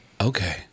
okay